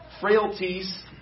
frailties